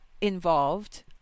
involved